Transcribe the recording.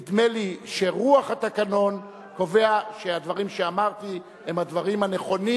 נדמה לי שרוח התקנון קובע שהדברים שאמרתי הם הדברים הנכונים